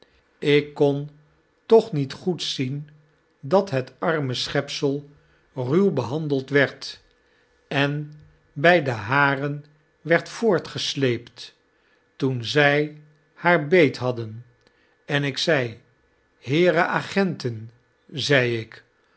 ik kon toch met goed zien dat het araie schepselruw behandeld werd en by de haren werd voortgesleept toen zy haar beethadden en ik zei heeren agenten zeiik och